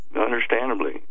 Understandably